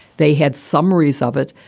they had summaries of it.